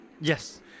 Yes